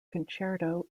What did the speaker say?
concerto